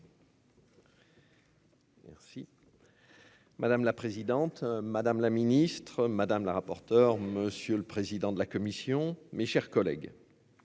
Madame la présidente, madame la ministre madame la rapporteure, monsieur le président de la commission. Mes chers collègues.